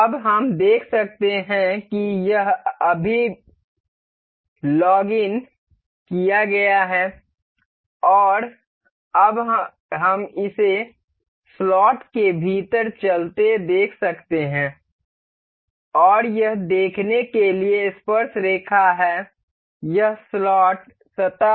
अब हम देख सकते हैं कि यह अभी लॉग इन किया गया है और अब हम इसे स्लॉट के भीतर चलते देख सकते हैं और यह देखने के लिए स्पर्शरेखा है यह स्लॉट सतह है